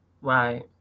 Right